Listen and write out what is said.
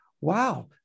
wow